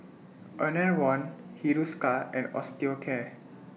Enervon Hiruscar and Osteocare